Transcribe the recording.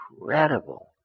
incredible